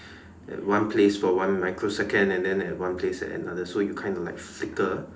at one place for one microsecond and then at one place at another so you kind of like flicker